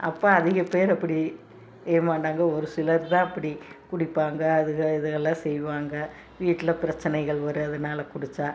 அப்போ அதிக பேர் அப்படி ஏமாந்தாங்க ஒரு சிலர் தான் அப்படி குடிப்பாங்க அதுகள் இதுகளெலாம் செய்வாங்க வீட்டில் பிரச்சினைகள் வரும் அதனால குடித்தா